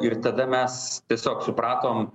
ir tada mes tiesiog supratom